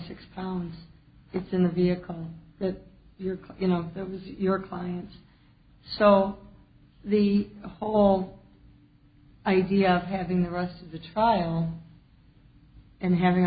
six pounds it's in the vehicle that your car you know that was your clients so the whole idea of having the rest of the trial and having